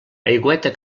aigüeta